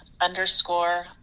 underscore